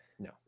no